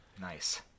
Nice